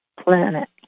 planet